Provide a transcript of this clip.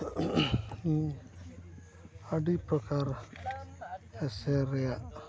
ᱟᱹᱰᱤ ᱯᱨᱚᱠᱟᱨ ᱮᱥᱮᱨ ᱨᱮᱭᱟᱜ